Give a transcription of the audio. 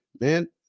man